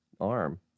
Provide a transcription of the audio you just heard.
arm